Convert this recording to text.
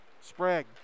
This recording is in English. Sprague